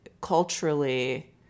culturally